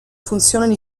funzionano